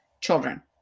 children